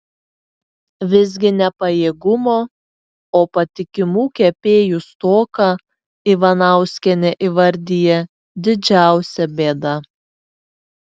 visgi ne pajėgumo o patikimų kepėjų stoką ivanauskienė įvardija didžiausia bėda